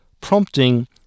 prompting